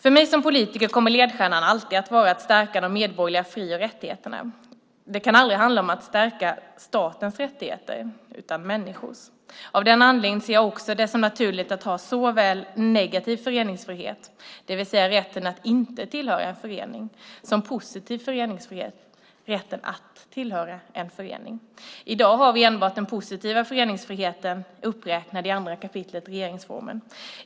För mig som politiker kommer ledstjärnan alltid att vara att stärka de medborgerliga fri och rättigheterna. Det kan aldrig handla om att stärka statens rättigheter, utan det är fråga om människornas. Av den anledningen ser jag också det som naturligt att ha såväl en negativ föreningsfrihet, det vill säga rätten att inte tillhöra en förening, som en positiv föreningsfrihet, rätten att tillhöra en förening. I dag har vi enbart den positiva föreningsfriheten uppräknad i 2 kap. regeringsformen.